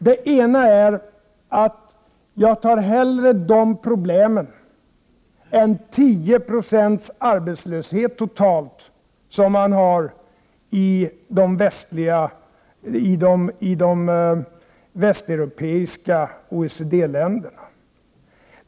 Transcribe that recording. Den ena är att jag hellre tar dessa problem än totalt 10 96 arbetslöshet, som man har i de västeuropeiska OECD-länderna.